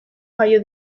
jaio